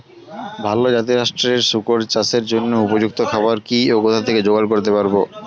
ভালো জাতিরাষ্ট্রের শুকর চাষের জন্য উপযুক্ত খাবার কি ও কোথা থেকে জোগাড় করতে পারব?